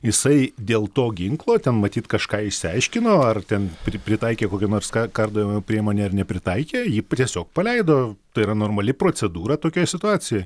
jisai dėl to ginklo ten matyt kažką išsiaiškino ar ten pri pritaikė kokią nors kardojimo priemonę ar nepritaikė jį tiesiog paleido tai yra normali procedūra tokioj situacijoj